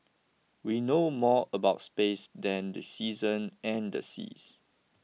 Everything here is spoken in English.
we know more about space than the seasons and the seas